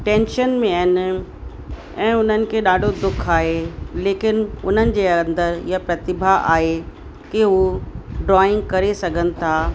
tension में आहिनि ऐं उन्हनि खे ॾाढो दुख आहे लेकिनि उन्हनि जे अंदर इहा प्रतिभा आहे कि हू ड्रॉइंग करे सघनि था